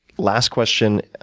last question.